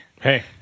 Hey